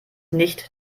nicht